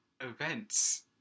events